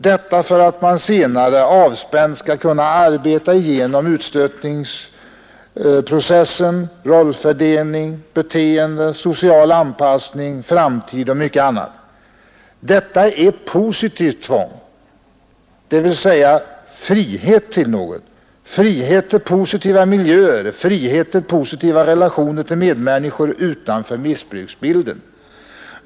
Detta för att man senare avspänt skall kunna arbeta igenom utstötningsprocessen ———, rollfördelningen, beteende, social anpassning, framtid och mycket annat. Detta är positivt tvång — frihet till något — frihet till positiva miljöer — frihet till positiva relationer till medmänniskor utanför missbruksbilden.